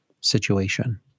situation